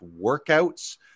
workouts